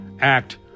Act